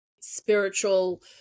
spiritual